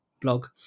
blog